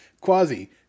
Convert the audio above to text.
quasi